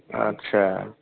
आच्चा